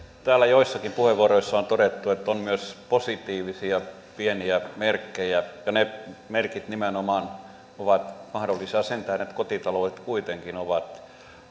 täällä joissakin puheenvuoroissa on todettu että on myös positiivisia pieniä merkkejä ne merkit nimenomaan ovat mahdollisia sen tähden että kotitaloudet kuitenkin ovat